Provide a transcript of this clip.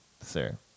sir